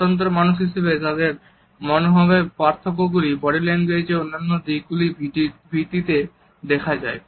স্বতন্ত্র মানুষ হিসাবে তাদের মনোভাবের পার্থক্যগুলি বডি ল্যাঙ্গুয়েজ এর অন্যান্য দিকগুলির ভিত্তিতেও দেখা যায়